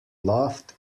laughed